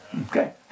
Okay